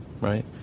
Right